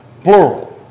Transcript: plural